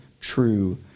true